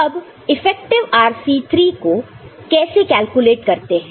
अब effective Rc3 को कैसे कैलकुलेट करते हैं